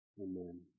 Amen